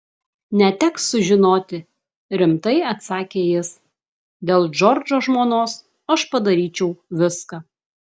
neteks sužinoti rimtai atsakė jis dėl džordžo žmonos aš padaryčiau viską